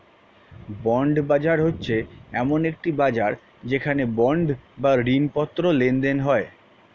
bond বাজার হচ্ছে এমন একটি বাজার যেখানে বন্ড বা ঋণপত্র লেনদেন হয়